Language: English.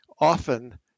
often